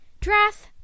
Drath